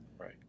right